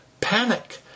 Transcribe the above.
panic